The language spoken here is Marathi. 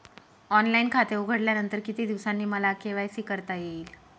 ऑनलाईन खाते उघडल्यानंतर किती दिवसांनी मला के.वाय.सी करता येईल?